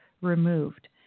removed